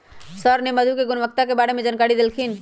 sir ने मधु के गुणवत्ता के बारे में जानकारी देल खिन